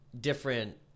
different